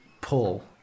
pull